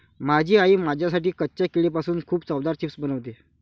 माझी आई माझ्यासाठी कच्च्या केळीपासून खूप चवदार चिप्स बनवते